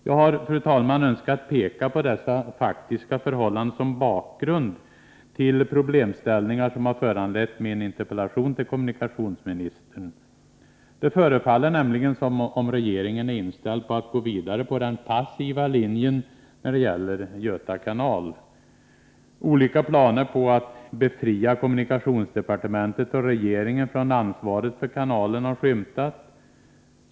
Jag har, fru talman, önskat peka på dessa faktiska förhållanden som bakgrund till problemställningar som har föranlett min interpellation till kommunikationsministern. Det förefaller nämligen som om regeringen är inställd på att gå vidare på den passiva linjen när det gäller Göta kanal. Olika planer på att befria kommunikationsdepartementet och regeringen från ansvaret för kanalen har skymtat.